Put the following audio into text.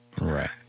Right